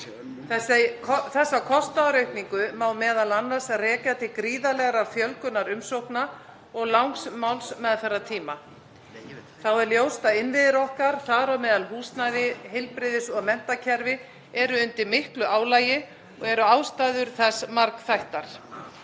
Þessa kostnaðaraukningu má m.a. rekja til gríðarlegrar fjölgunar umsókna og langs málsmeðferðartíma. Þá er ljóst að innviðir okkar, þar á meðal húsnæði, heilbrigðis- og menntakerfi, eru undir miklu álagi og eru ástæður þess margþættar.